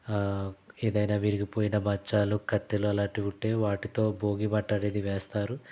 ఏదైన విరిగిపోయిన మంచాలు కట్టెలు అలాంటివి ఉంటే వాటితో భోగి మంట అనేది వేస్తారు